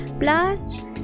Plus